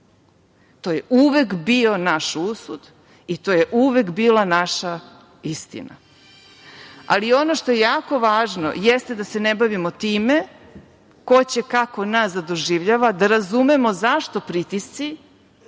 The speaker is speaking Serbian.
to je uvek bio naš usud i to je uvek bila naša istina. Ali, ono što je jako važno jeste da se ne bavimo time ko će kako nas da doživljava, da razumemo zašto pritisci